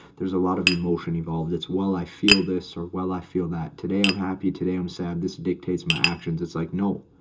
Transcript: there's a lot of emotion involved. it's well i feel this or well, i feel that today. i'm happy today. i'm sad. this dictates my actions. it's like no,